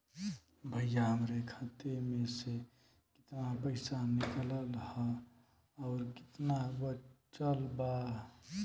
भईया हमरे खाता मे से कितना पइसा निकालल ह अउर कितना बचल बा?